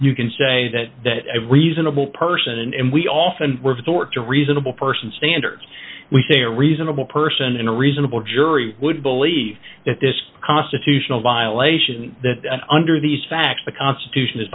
you can say that that i have reasonable person and we often resort to reasonable person standards we say a reasonable person and a reasonable jury would believe that this constitutional violation that under these facts the constitution is